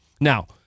now